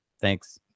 Thanks